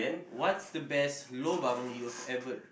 what's the best lobang you've ever